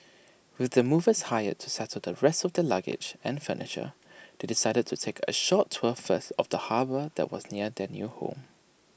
with the movers hired to settle the rest of their luggage and furniture they decided to take A short tour first of the harbour that was near their new home